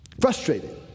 frustrated